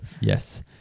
Yes